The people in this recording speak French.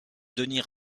denis